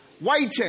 Waiting